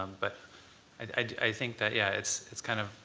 um but i think that yeah, it's it's kind of,